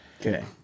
Okay